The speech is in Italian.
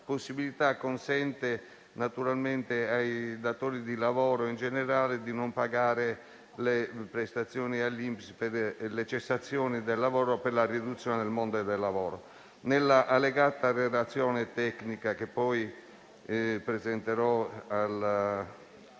possibilità consente naturalmente ai datori di lavoro, in generale, di non pagare le prestazioni all'INPS per le cessazioni dal lavoro o per la riduzione dei propri lavoratori. Nell'allegata relazione tecnica, che poi presenterò